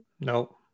nope